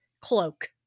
cloak